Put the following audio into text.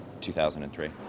2003